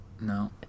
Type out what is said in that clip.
no